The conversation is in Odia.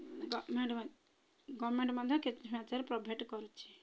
ଗଭର୍ଣ୍ଣମେଣ୍ଟ୍ ଗଭର୍ଣ୍ଣମେଣ୍ଟ୍ ମଧ୍ୟ କିଛି ମାତ୍ରାରେ ପ୍ରୋଭାଇଡ଼୍ କରୁଛି